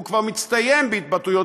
הוא כבר מצטיין בהתבטאויות,